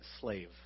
slave